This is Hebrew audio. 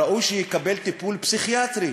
ראוי שיקבל טיפול פסיכיאטרי.